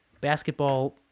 basketball